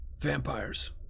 Vampires